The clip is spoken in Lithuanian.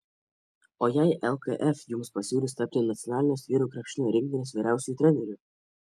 o jei lkf jums pasiūlys tapti nacionalinės vyrų krepšinio rinktinės vyriausiuoju treneriu